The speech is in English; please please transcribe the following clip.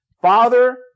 Father